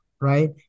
right